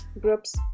groups